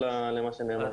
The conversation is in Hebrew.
למה שנאמר.